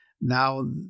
Now